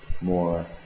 more